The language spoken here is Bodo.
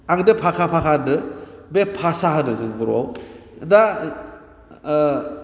आं दा भाखा भाखा होनदों बे भाषा होनो जों बर'आव दा